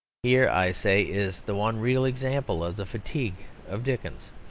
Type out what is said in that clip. here, i say, is the one real example of the fatigue of dickens.